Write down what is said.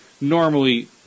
normally